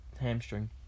hamstring